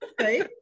okay